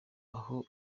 aho